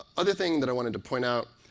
other thing that i wanted to point out